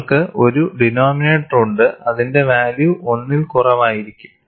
നിങ്ങൾക്ക് ഒരു ഡിനോമിനേറ്റർ ഉണ്ട് അതിന്റെ വാല്യൂ 1 ൽ കുറവായിരിക്കും